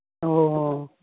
ꯑꯣ ꯑꯣ